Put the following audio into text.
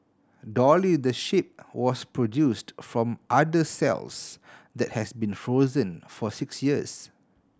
dolly the sheep was produced from udder cells that has been frozen for six years